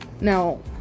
Now